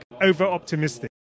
over-optimistic